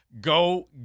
go